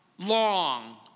Long